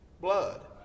blood